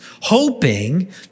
hoping